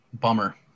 bummer